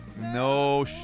No